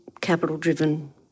capital-driven